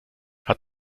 hat